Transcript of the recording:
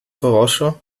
vorausschau